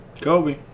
Kobe